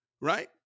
right